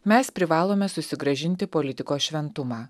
mes privalome susigrąžinti politiko šventumą